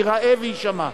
ייראה ויישמע.